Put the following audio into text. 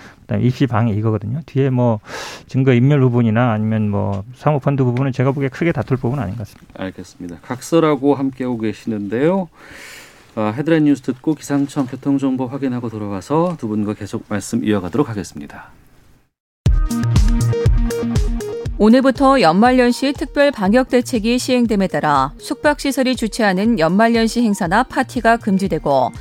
그다음에 입시 방해 이거거든요. 뒤에 뭐, 증거인멸 부분이나 아니면 뭐, 사모펀드 부분은 제가 보기엔 크게 다툴 부분은 아닌 것 같습니다. 알겠습니다. 각설하고 함께하고 계시는데요. 아, 헤드라인 뉴스 듣고 기상청 교통정보 확인하고 돌아와서 두 분과 계속 말씀 이어가도록 하겠습니다. 오늘부터 연말연시 특별 방역 대책이 시행됨에 따라 숙박시설이 주최하는 연말연시 행사나 파티가 금지되고